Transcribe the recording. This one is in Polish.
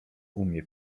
umie